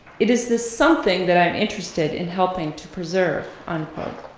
it is this something that i am interested in helping to preserve, unquote.